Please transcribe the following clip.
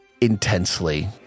intensely